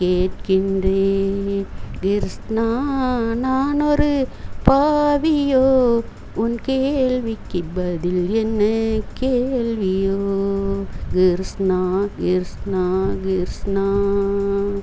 கேட்கின்றேன் கிருஷ்ணா நான் ஒரு பாவியோ உன் கேள்விக்கு பதில் என்ன கேள்வியோ கிருஷ்ணா கிருஷ்ணா கிருஷ்ணா